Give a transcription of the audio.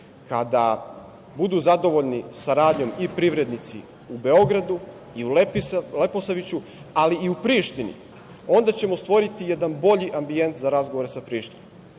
kada budu zadovoljni saradnjom i privrednici u Beogradu, i u Leposaviću, ali i u Prištini, onda ćemo stvoriti jedan bolji ambijent za razgovor sa Prištinom.